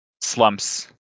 slumps